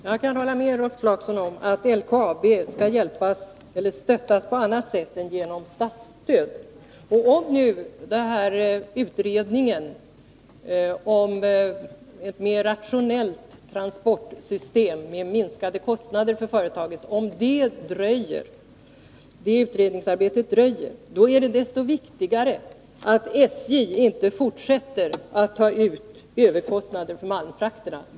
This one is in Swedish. Herr talman! Jag kan hålla med Rolf Clarkson om att LKAB skall stöttas på annat sätt än genom statsstöd. Om utredningen om ett mer rationellt 85 transportsystem red minskade kostnader för företagen dröjer, är det desto viktigare att SJ inte fortsätter att ta ut överpriser för malmfrakterna.